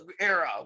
era